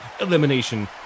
Elimination